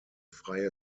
freie